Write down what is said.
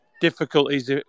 difficulties